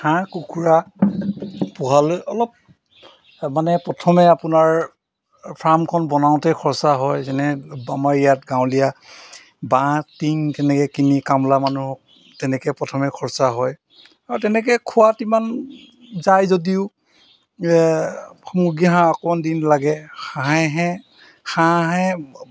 হাঁহ কুকুৰা পোহালৈ অলপ মানে প্ৰথমে আপোনাৰ ফাৰ্মখন বনাওঁতেই খৰচা হয় যেনে আমাৰ ইয়াত গাঁৱলীয়া বাঁহ টিং তেনেকৈ কিনি কামলা মানুহক তেনেকৈ প্ৰথমে খৰচা হয় আৰু তেনেকৈ খোৱাত ইমান যায় যদিও মুৰ্গী হাঁহ অকণমান দিন লাগে হাঁহেহে হাঁহ হে